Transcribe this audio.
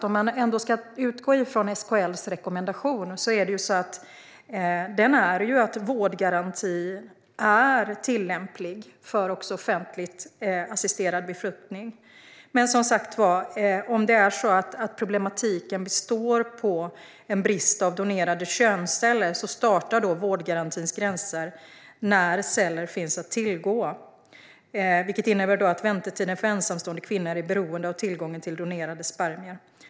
Om man ska utgå från SKL:s rekommendation innebär den samtidigt dock att vårdgarantin är tillämplig också för offentligt assisterad befruktning. Men om problematiken består i en brist på donerade könsceller startar vårdgarantins gränser när celler finns att tillgå, vilket innebär att väntetiden för ensamstående kvinnor är beroende av tillgången till donerade spermier.